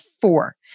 four